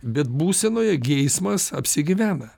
bet būsenoje geismas apsigyvena